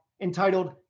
entitled